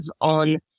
on